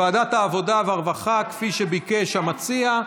ועדת העבודה והרווחה, כפי שביקש המציע,